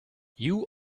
you